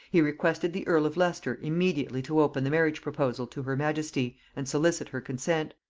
he requested the earl of leicester immediately to open the marriage proposal to her majesty, and solicit her consent.